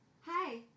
Hi